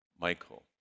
Michael